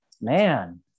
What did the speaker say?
man